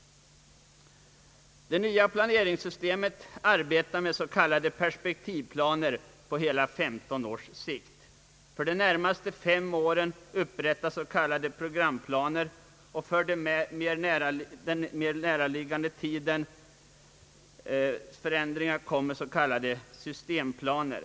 Det nya planeringssystemet arbetar med s.k. perspektivplaner på hela 15 års sikt. För de närmaste fem åren upprättas s.k. programplaner, och för den mera närliggande tidens förändringar görs s.k. systemplaner.